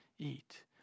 eat